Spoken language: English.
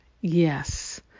Yes